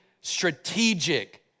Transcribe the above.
strategic